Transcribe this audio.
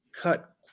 cut